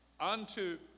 unto